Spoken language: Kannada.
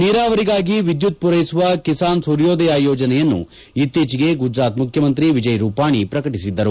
ನೀರಾವರಿಗಾಗಿ ವಿದ್ಲುತ್ ಪೂರೈಸುವ ಕಿಸಾನ್ ಸೂರ್ಯೋದಯ ಯೋಜನೆಯನ್ನು ಇತ್ತೀಚೆಗೆ ಗುಜರಾತ್ ಮುಖ್ಯಮಂತ್ರಿ ವಿಜಯರೂಪಾಣಿ ಪ್ರಕಟಿಸಿದ್ದರು